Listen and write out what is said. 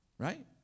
Right